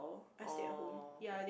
oh